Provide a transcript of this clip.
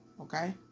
Okay